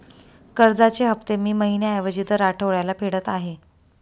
कर्जाचे हफ्ते मी महिन्या ऐवजी दर आठवड्याला फेडत आहे